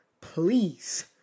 Please